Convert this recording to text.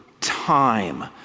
time